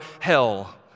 hell